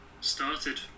started